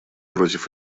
против